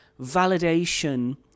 validation